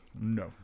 no